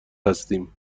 هستیم